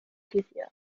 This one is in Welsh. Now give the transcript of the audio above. guddio